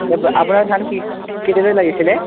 ৰ'ব আপোনাক ধান কি কেতিয়ালৈ লাগিছিলে